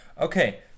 Okay